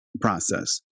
process